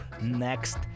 next